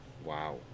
wow